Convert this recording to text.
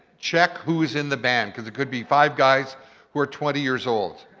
check who is in the band cause it could be five guys who are twenty years old.